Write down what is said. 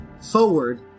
forward